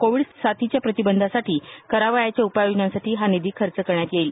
Covid साथीच्या प्रतिबंधासाठी करावयाच्या उपाययोजनांसाठी हा निधी खर्च करण्यात येईल